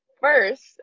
first